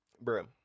Bro